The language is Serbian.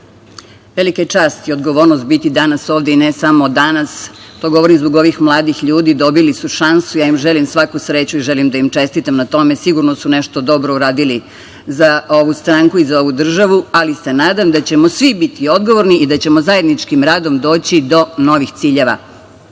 je čast i odgovornost biti danas ovde i ne samo danas, to govorim zbog ovih mladih ljudi, dobili su šansu i želim im svaku sreću. Želim da im čestitam na tome, sigurno su nešto dobro uradili za ovu stranku i za ovu državu, ali se nadam da ćemo svi biti odgovorni i da ćemo zajedničkim radom doći do novih ciljeva. Prvi